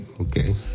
Okay